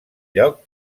lloc